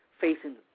facing